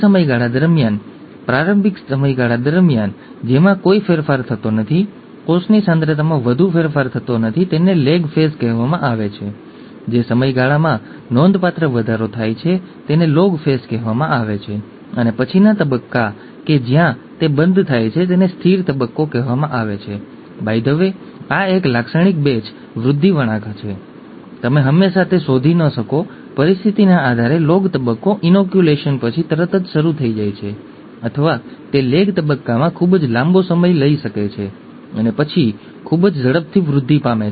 લોકોને હંમેશાં એ જાણવાની ઉત્સુકતા રહેતી કે શા માટે લોકોને પાત્રો વારસામાં મળે છે પુત્ર શા માટે પિતા કે માતાની જેમ વર્તે છે અથવા પુત્રી પિતા અથવા માતા ની જેમ વર્તે છે અથવા ક્યારેક દાદા અથવા દાદીની જેમ પણ વર્તે છે